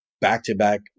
back-to-back